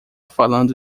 falando